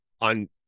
on